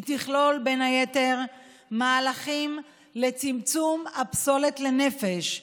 היא תכלול בין היתר מהלכים לצמצום הפסולת לנפש,